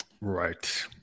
Right